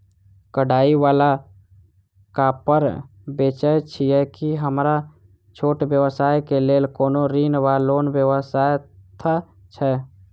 कढ़ाई वला कापड़ बेचै छीयै की हमरा छोट व्यवसाय केँ लेल कोनो ऋण वा लोन व्यवस्था छै?